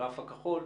הגרף הכחול,